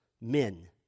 men